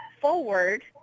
forward